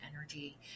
energy